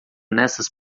nessas